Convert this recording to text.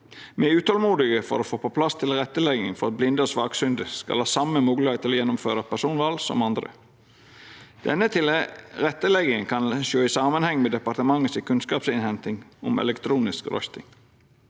Me er utolmodige etter å få på plass tilrettelegging for at blinde og svaksynte skal ha same moglegheit til å gjennomføra personval som andre. Denne tilrettelegginga kan ein sjå i samanheng med departementet si kunnskapsinnhenting om elektronisk røysting.